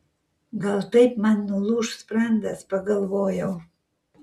gal taip man nulūš sprandas pagalvojau